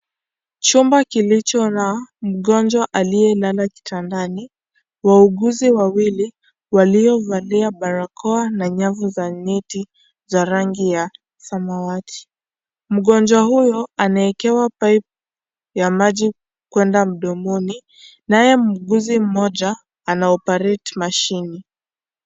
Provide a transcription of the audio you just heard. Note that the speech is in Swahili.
Chumba kilicho na mgonjwa aliyelala kitandani wauguzi wawili waliovalia barakoa na nyavu za neti za rangi ya samawati mgonjwa huyo ameekewa pipe ya maji kwenda mdomoni naye muuguzi mmoja anaopareti mashine .